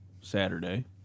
Saturday